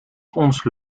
onze